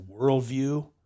worldview